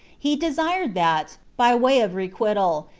he desired that, by way of requital,